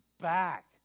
back